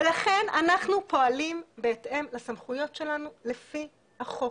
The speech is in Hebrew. ולכן אנחנו פועלים בהתאם לסמכויות שלנו לפי החוק.